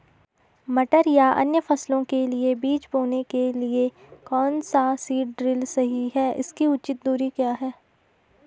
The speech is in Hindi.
मटर या अन्य फसलों के बीज बोने के लिए कौन सा सीड ड्रील सही है इसकी उचित दूरी क्या है?